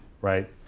right